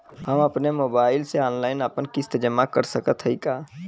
हम अपने मोबाइल से ऑनलाइन आपन किस्त जमा कर सकत हई का?